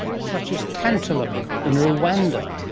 such as tantalum in rwanda,